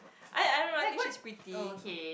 I I don't know I think she's pretty